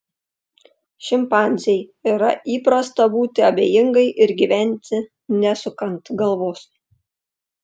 šimpanzei yra įprasta būti abejingai ir gyventi nesukant galvos